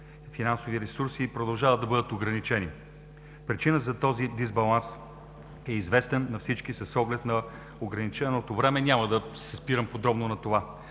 финансови ресурси продължават да бъдат ограничени. Причината за този дисбаланс е известна на всички. С оглед на ограниченото време няма да се спирам подробно на това.